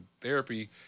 therapy